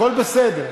הכול בסדר.